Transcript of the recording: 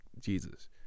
Jesus